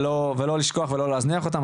ולא לשכוח ולא להזניח אותם.